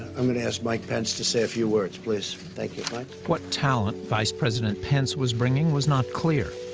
i'm gonna ask mike pence to say a few words, please, thank you mike? smith what talent vice president pence was bringing was not clear.